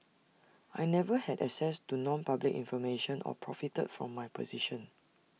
I never had access to nonpublic information or profited from my position